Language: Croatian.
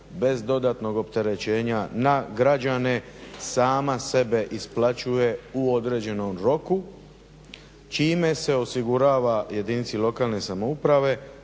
bez dodatnog opterećenja na građane sama sebe isplaćuje u određenom roku čime se osigurava jedinici lokalne samouprave